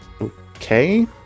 okay